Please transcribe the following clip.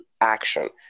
action